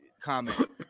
comment